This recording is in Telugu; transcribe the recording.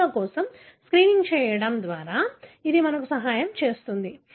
జన్యువుల కోసం స్క్రీనింగ్ చేయడం ద్వారా ఇది మనకు సహాయం చేస్తుంది